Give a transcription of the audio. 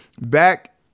back